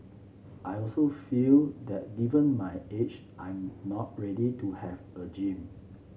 I also feel that given my age I'm not ready to have a gym